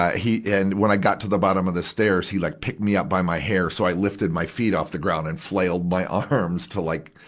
he, and when i got to the bottom of the stairs, he like picked me up by my hair, so i lifted my feet off the ground and flailed my arms to like,